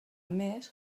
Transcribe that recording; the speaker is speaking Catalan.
més